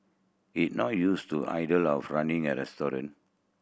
he's not used to idea of running a restaurant